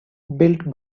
built